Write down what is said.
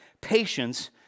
Patience